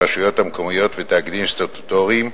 הרשויות המקומיות ותאגידים סטטוטוריים,